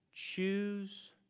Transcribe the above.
Choose